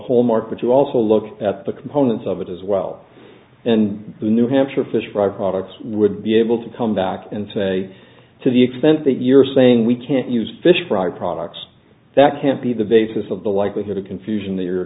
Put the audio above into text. mark but you also look at the components of it as well and the new hampshire fish fry products would be able to come back and say to the extent that you're saying we can't use fish fry products that can't be the basis of the likelihood of confusion that you're